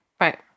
Right